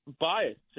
biased